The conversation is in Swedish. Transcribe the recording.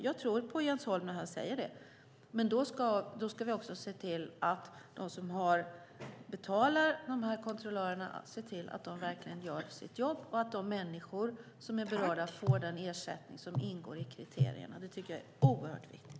Jag tror på Jens Holm när han säger det, men då ska vi också se till att de som betalar kontrollörerna ser till att de gör sitt jobb och att de människor som är berörda får den ersättning som ingår i kriterierna. Det tycker jag är oerhört viktigt.